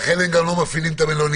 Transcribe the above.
לכן הם גם לא מפעילים את המלוניות.